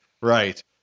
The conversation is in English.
right